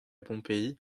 pompéi